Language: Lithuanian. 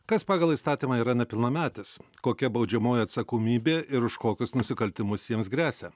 kas pagal įstatymą yra nepilnametis kokia baudžiamoji atsakomybė ir už kokius nusikaltimus jiems gresia